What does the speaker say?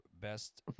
best